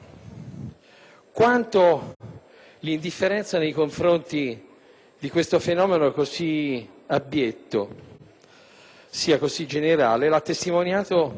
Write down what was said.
Quanto l'indifferenza nei confronti di questo fenomeno così abbietto sia generale l'ha testimoniato